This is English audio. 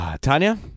tanya